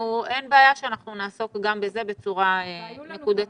אין בעיה שאנחנו נעסוק גם בזה בצורה נקודתית,